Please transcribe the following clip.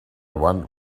one